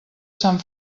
sant